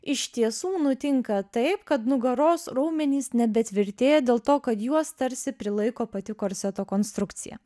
iš tiesų nutinka taip kad nugaros raumenys nebetvirtėja dėl to kad juos tarsi prilaiko pati korseto konstrukcija